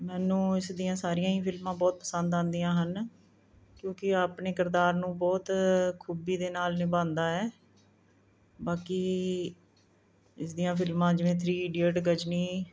ਮੈਨੂੰ ਇਸ ਦੀਆਂ ਸਾਰੀਆਂ ਹੀ ਫਿਲਮਾਂ ਬਹੁਤ ਪਸੰਦ ਆਉਂਦੀਆਂ ਹਨ ਕਿਉਂਕਿ ਆਪਣੇ ਕਿਰਦਾਰ ਨੂੰ ਬਹੁਤ ਖੂਬੀ ਦੇ ਨਾਲ ਨਿਭਾਉਂਦਾ ਹੈ ਬਾਕੀ ਇਸ ਦੀਆਂ ਫਿਲਮਾਂ ਜਿਵੇਂ ਥਰੀ ਇਡੀਅਟ ਗਜਨੀ